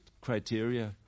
criteria